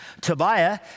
Tobiah